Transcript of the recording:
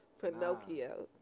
Pinocchio